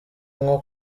nko